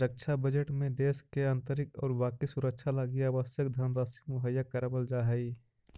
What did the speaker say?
रक्षा बजट में देश के आंतरिक और बाकी सुरक्षा लगी आवश्यक धनराशि मुहैया करावल जा हई